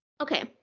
Okay